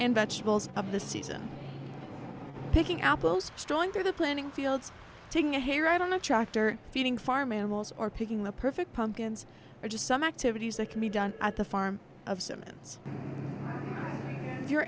and vegetables of the season picking apples stronger the planning fields taking a hair out on a tractor feeding farm animals or picking the perfect pumpkins or just some activities that can be done at the farm of s